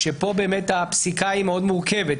כאן הפסיקה היא מאוד מורכבת.